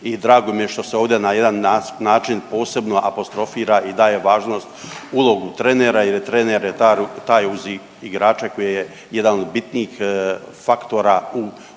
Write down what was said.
i drago mi je što se ovdje na jedan način posebno apostrofira i daje važnost ulogu trenera jer je trener taj uz igrača koji je jedan od bitnijih faktora u ovom